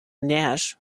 nash